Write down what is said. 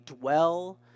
dwell